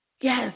Yes